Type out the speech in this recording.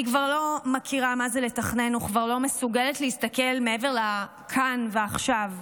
אני כבר לא מכירה מה זה לתכנן וכבר לא מסוגלת להסתכל מעבר לכאן ועכשיו.